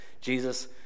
Jesus